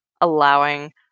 allowing